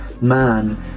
man